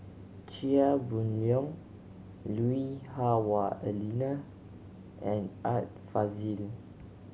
Chia Boon Leong Lui Hah Wah Elena and Art Fazil